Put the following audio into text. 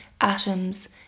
atoms